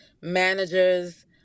managers